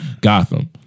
Gotham